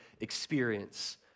experience